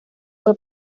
fue